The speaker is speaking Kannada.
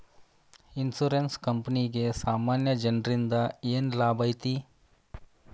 ಇನ್ಸುರೆನ್ಸ್ ಕ್ಂಪನಿಗೆ ಸಾಮಾನ್ಯ ಜನ್ರಿಂದಾ ಏನ್ ಲಾಭೈತಿ?